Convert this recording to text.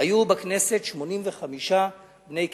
היו בכנסת 85 בני קיבוצים.